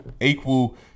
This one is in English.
equal